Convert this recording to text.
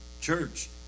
church